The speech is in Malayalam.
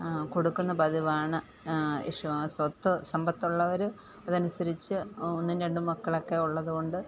കൊടുക്കുന്നത് പതിവാണ് സ്വത്ത് സമ്പത്തുള്ളവർ അതനുസരിച്ച് ഒന്നും രണ്ടും മക്കളൊക്കെ ഉള്ളതുകൊണ്ട്